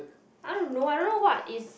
I don't know I don't know what is